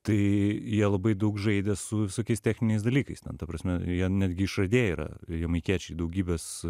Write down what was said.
tai jie labai daug žaidė su visokiais techniniais dalykais ten ta prasme jie netgi išradėjai yra jamaikiečiai daugybės